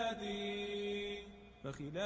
ah the yeah